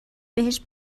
بهش